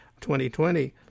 2020